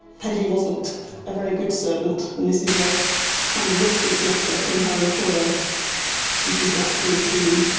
peggy wasn't a very good servant, and this is a kind of reference letter from her employer when she was about fourteen.